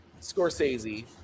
Scorsese